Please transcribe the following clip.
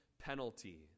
penalty